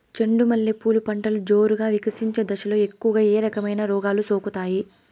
చెండు మల్లె పూలు పంటలో జోరుగా వికసించే దశలో ఎక్కువగా ఏ రకమైన రోగాలు సోకుతాయి?